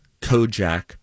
Kojak